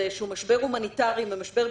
שהוא משבר הומניטרי ומשבר בריאותי,